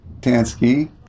Tansky